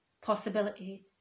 possibility